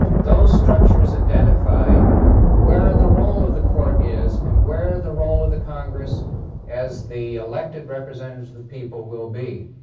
those structures identify where the role of the court is and where the role of the congress as the elected representatives of the people will be.